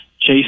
chase